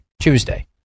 Tuesday